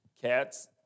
Cats